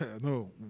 No